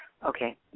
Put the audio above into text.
Okay